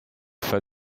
for